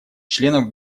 членов